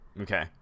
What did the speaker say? Okay